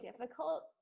difficult